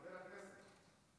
חבר הכנסת,